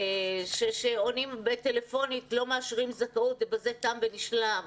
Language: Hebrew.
שעונים שטלפונית לא מאשרים זכאות ובזה תם ונשלם.